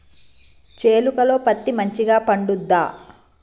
చేలుక లో పత్తి మంచిగా పండుద్దా?